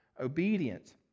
obedience